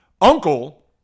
uncle